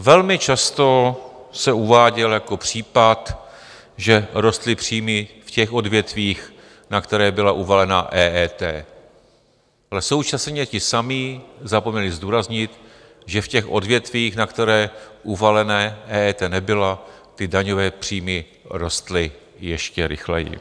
Velmi často se uváděl jako případ, že rostly příjmy v těch odvětvích, na která byla uvalena EET, ale současně ti samí zapomněli zdůraznit, že v těch odvětvích, na která uvalena EET nebyla, ty daňové příjmy rostly ještě rychleji.